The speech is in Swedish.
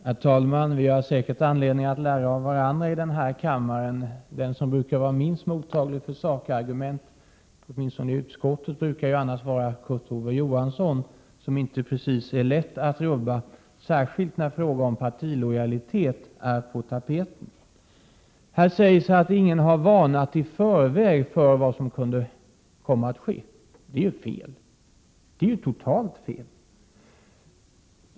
Herr talman! Vi har säkert anledning att lära av varandra här i kammaren. Den som brukar vara minst mottaglig för sakargument, åtminstone i utskottet, är annars Kurt Ove Johansson, som det inte precis är lätt att rubba, särskilt när frågor om partilojalitet är på tapeten. Här sägs att ingen hade varnat i förväg för vad som kunde komma att ske. Det är totalt fel.